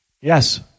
Yes